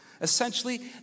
Essentially